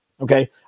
Okay